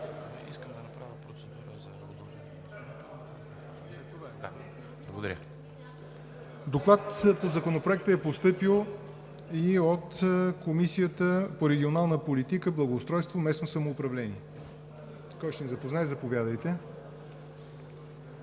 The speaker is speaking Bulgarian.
Доклад по Законопроекта е постъпил и от Комисията по регионална политика, благоустройство и местно самоуправление. Заповядайте.